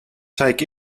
take